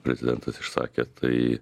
prezidentas išsakė tai